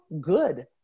good